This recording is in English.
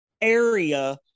area